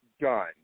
done